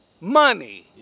money